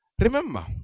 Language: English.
remember